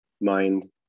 mind